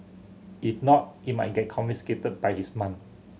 if not it might get confiscated by his mum